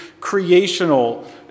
creational